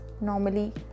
normally